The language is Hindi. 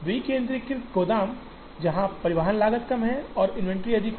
विकेंद्रीकृत गोदाम जहां परिवहन लागत कम है और इन्वेंट्री अधिक होगी